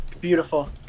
beautiful